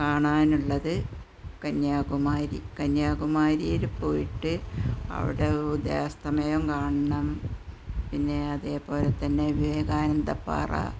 കാണാനുള്ളത് കന്യാകുമാരി കന്യാകുമാരിയിൽ പോയിട്ട് അവിടെ ഉദയാസ്തമയം കാണണം പിന്നെ അതേപോലെ തന്നെ വിവേകാനന്ദ പാറ